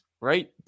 right